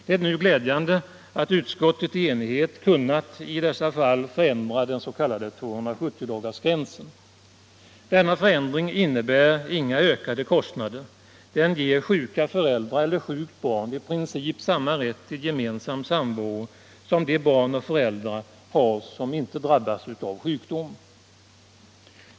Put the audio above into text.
Det är nu glädjande att utskottet i enighet har kunnat ta bort den helt omotiverade gränsen på 270 dagar. Denna förändring innebär inga ökade kostnader. Den ger sjuka föräldrar eller sjukt barn i princip samma rätt till gemensam samvaro som de barn och föräldrar har som är friska.